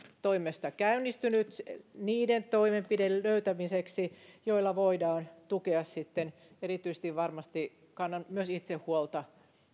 toimesta käynnistynyt niiden toimenpiteiden löytämiseksi joilla voidaan sitten varmasti erityisesti tukea kannan myös itse huolta